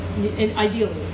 ideally